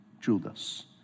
Judas